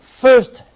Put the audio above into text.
first